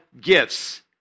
gifts